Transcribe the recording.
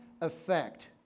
effect